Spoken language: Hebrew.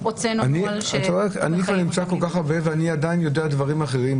כל-כך הרבה ואני עדין יודע דברים אחרים,